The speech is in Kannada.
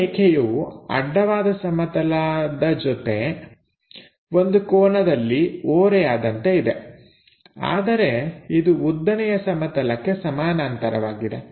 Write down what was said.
ಈ ರೇಖೆಯು ಅಡ್ಡವಾದ ಸಮತಲದ ಜೊತೆ ಒಂದು ಕೋನದಲ್ಲಿ ಓರೆಯಾದಂತೆ ಇದೆ ಆದರೆ ಇದು ಉದ್ದನೆಯ ಸಮತಲಕ್ಕೆ ಸಮಾನಾಂತರವಾಗಿದೆ